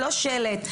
לא שלט,